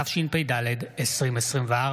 התשפ"ד 2024,